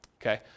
okay